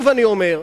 אני אומר שוב,